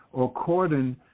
according